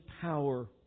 power